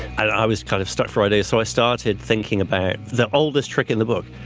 i was kind of start friday. so i started thinking about the oldest trick in the book,